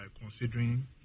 considering